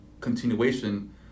continuation